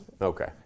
Okay